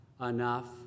enough